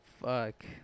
Fuck